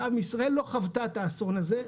עם ישראל לא חווה את האסון הזה,